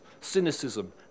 Cynicism